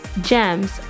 Gems